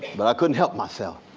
but i couldn't help myself.